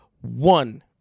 one